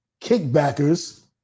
kickbackers